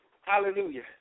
Hallelujah